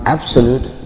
Absolute